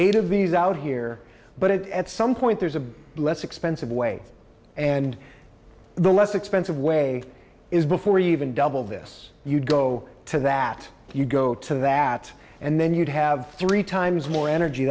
eight of these out here but at some point there's a less expensive way and the less expensive way is before you even double this you go to that if you go to that and then you'd have three times more energy